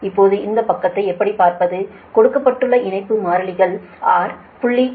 இப்போது இந்த பக்கத்தை எப்படி பார்ப்பது கொடுக்கப்பட்டுள்ள இணைப்பு மாறிலிகள் R 0